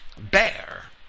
Bear